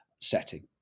setting